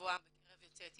גבוה מאוד בקרב יוצאי אתיופיה.